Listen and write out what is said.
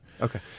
Okay